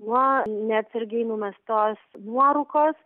nuo neatsargiai numestos nuorūkos